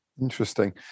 Interesting